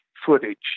Footage